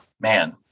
man